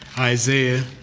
Isaiah